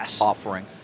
offering